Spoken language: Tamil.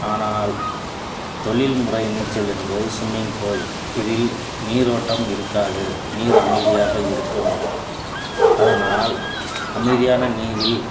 ஆனால் தொழில்முறை நீச்சல் என்பது ஸ்விம்மிங் பூல் இதில் நீரோட்டம் இருக்காது நீர் அமைதியாக இருக்கும் அதனால் அமைதியான நீரில்